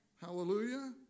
Hallelujah